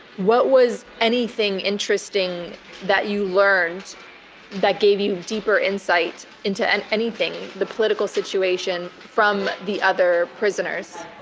what was anything interesting that you learned that gave you deeper insight into and anything, the political situation from the other prisoners?